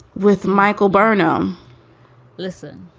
with michael barnham listen,